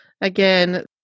again